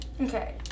Okay